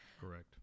Correct